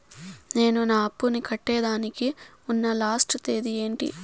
నేను నా అప్పుని కట్టేదానికి ఉన్న లాస్ట్ తేది ఏమి?